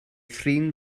thrin